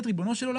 ריבונו של עולם,